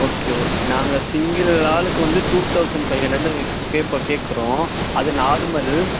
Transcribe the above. okay okay நாங்கள் single ஆளுக்கு வந்து two thousand five hundred pay பண் கேட்குறோம் அது நார்மல்